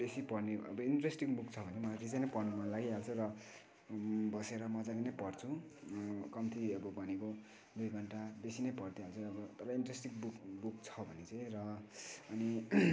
बेसी पढ्ने अब इन्ट्रेस्टिङ बुक छ भने मलाई बेसी नै पढ्नु मन लागिहाल्छ र बसेर मजाले नै पढ्छु कम्ति अब भनेको दुई घन्टा बेसी नै पढिदिइहाल्छु अब तर इन्ट्रेस्टिङ बुक छ भने चाहिँ र अनि